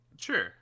sure